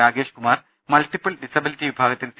Ragesh Kumar multiple disability വിഭാഗത്തിൽ C